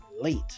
late